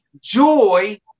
Joy